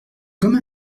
comme